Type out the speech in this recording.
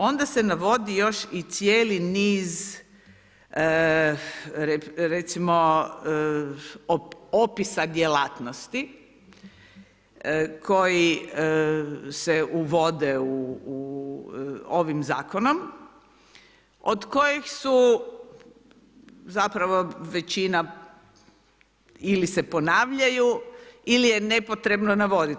Onda se navodi još i cijeli niz recimo opisa djelatnosti koji se uvode ovim zakonom od kojih su zapravo većina ili se ponavljaju ili je nepotrebno navoditi.